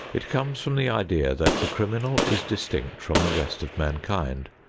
it comes from the idea that the criminal is distinct from the rest of mankind,